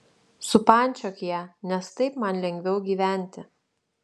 supančiok ją nes taip man lengviau gyventi